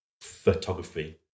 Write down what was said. photography